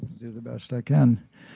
do the best i can.